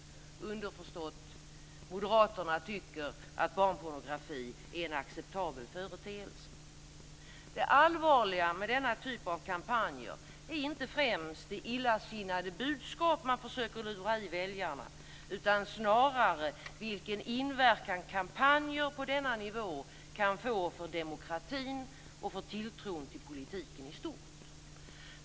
Underförstått: Moderaterna tycker att barnpornografi är en acceptabel företeelse. Det allvarliga med denna typ av kampanjer är inte främst det illasinnade budskap man försöker att lura i väljarna utan snarare vilken inverkan kampanjer på denna nivå kan få för demokratin och för tilltron till politiken i stort.